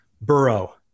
Burrow